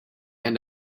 and